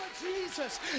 Jesus